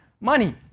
money